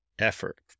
Effort